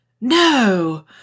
No